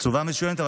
תשובה מצוינת,